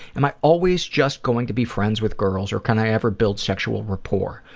am i always just going to be friends with girls or can i ever build sexual rapport?